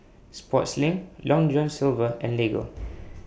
Sportslink Long John Silver and Lego